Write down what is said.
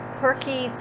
quirky